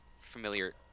familiar